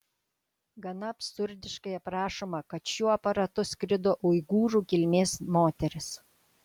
gana absurdiškai aprašoma kad šiuo aparatu skrido uigūrų kilmės moteris